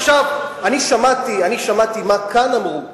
עכשיו, אני שמעתי מה אמרו כאן: